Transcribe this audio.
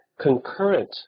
concurrent